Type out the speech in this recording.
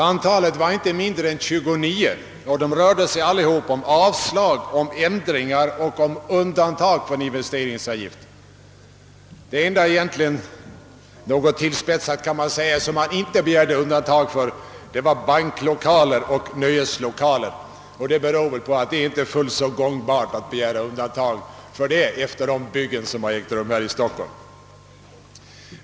Antalet var inte mindre än 29, och alla rörde sig om avslag, om ändringar och undantag från investeringsavgiften. Något tillspetsat kan man säga att det enda som inte begärdes undantag för var banklokaler och nöjeslokaler. Det beror väl på att det inte är fullt så gångbart att begära undantag för sådana efter de bankhus som uppförts här i Stockholm.